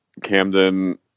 Camden